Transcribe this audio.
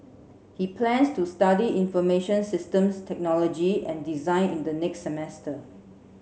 he plans to study information systems technology and design in the next semester